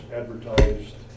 advertised